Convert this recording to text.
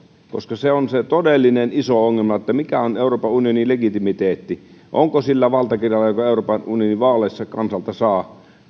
koska se on se todellinen iso ongelma mikä on euroopan unionin legitimiteetti miten vahva se valtakirja on jonka euroopan unioni vaaleissa kansalta saa